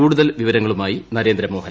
കൂടുതൽ വിവരങ്ങളുമായി നരേന്ദ്രമോഹൻ